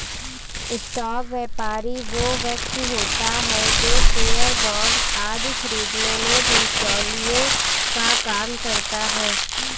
stock व्यापारी वो व्यक्ति होता है जो शेयर बांड आदि खरीदने में बिचौलिए का काम करता है